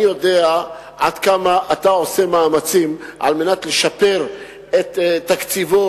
אני יודע עד כמה אתה עושה מאמצים לשפר את תקציבו